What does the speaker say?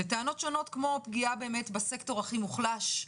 וטענות שונות כמו: פגיעה בסקטור הכי מוחלש,